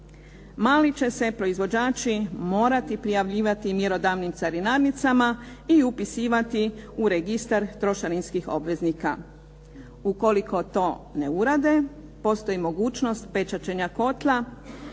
Mali će se proizvođači morati prijavljivati mjerodavnim carinarnicama i upisivati u registar trošarinskih obveznika. Ukoliko to ne urade postoji mogućnost pečaćenja kotla.